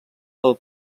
del